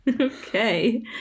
Okay